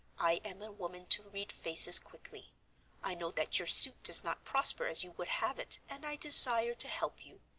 i am a woman to read faces quickly i know that your suit does not prosper as you would have it, and i desire to help you.